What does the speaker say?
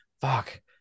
fuck